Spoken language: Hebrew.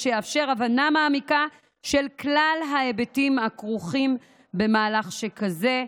באופן שיאפשר הבנה מעמיקה של כלל ההיבטים הכרוכים במהלך שכזה,